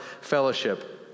fellowship